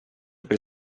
per